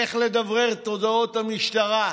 איך לדברר את הודעות המשטרה.